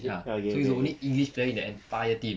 ya so he's the only english playing the entire team